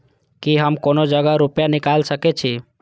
की हम कोनो जगह रूपया निकाल सके छी?